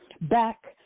back